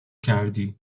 کردی